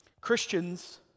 Christians